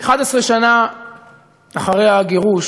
11 שנה אחרי הגירוש,